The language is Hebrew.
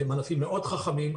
שהם ענפים מאוד חכמים.